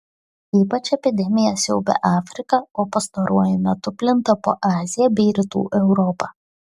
ypač epidemija siaubia afriką o pastaruoju metu plinta po aziją bei rytų europą